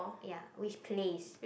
ya which place